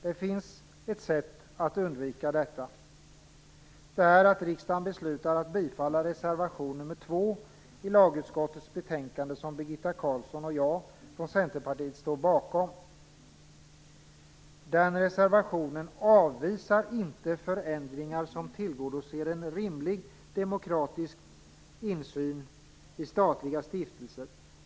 Det finns ett sätt att undvika detta: Att riksdagen beslutar bifalla reservation nr 2 till lagutskottets betänkande som Birgitta Carlsson och jag från Centerpartiet står bakom. Den reservationen avvisar inte förändringar som tillgodoser en rimlig demokratisk insyn i statliga stiftelser.